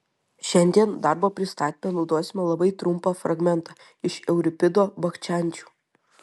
šiandien darbo pristatyme naudosime labai trumpą fragmentą iš euripido bakchančių